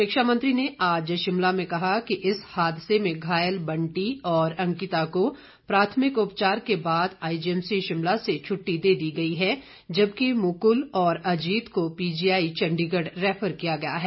शिक्षा मंत्री ने आज शिमला में कहा कि इस हादसे में घायल बंटी और अंकिता को प्राथमिक उपचार के बाद आईजीएमसी शिमला से छुट्टी दे दी गई है जबकि मुकुल और अजीत को पीजीआई चंडीगढ़ रैफर किया गया है